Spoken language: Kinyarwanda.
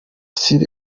sir